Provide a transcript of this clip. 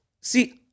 See